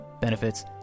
benefits